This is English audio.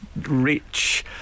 rich